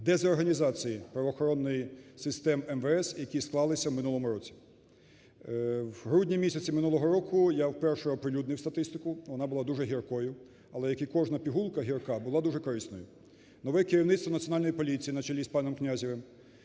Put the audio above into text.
дезорганізації правоохоронної системи МВС, які склалися в минулому році. В грудні-місяці минулого року я вперше оприлюднив статистику, вона була дуже гіркою, але, як і кожна пігулка гірка, була дуже корисною. Нове керівництво Національної поліції на чолі з паном Князевим